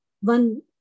one